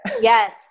yes